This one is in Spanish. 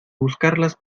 buscarlas